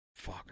Fucker